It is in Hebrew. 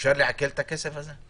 אפשר לעקל את הכסף הזה?